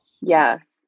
yes